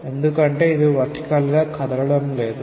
ఎందుకంటే ఇది వర్టికల్ గా కదలడం లేదు